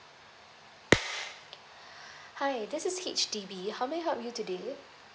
hi this is H_D_B how may I help you today